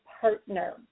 partner